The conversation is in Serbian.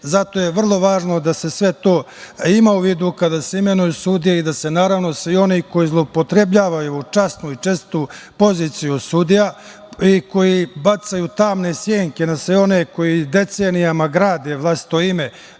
je vrlo važno da se sve to ima u vidu kada se imenuju sudije i da se naravno, svi oni koji zloupotrebljavaju časnu i čestitu poziciju sudija i koji bacaju tamne senke na sve one koji decenijama grade vlastito ime,